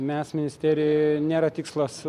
mes ministerijoje nėra tikslas